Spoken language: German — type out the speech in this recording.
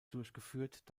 durchgeführt